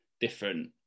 different